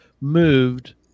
moved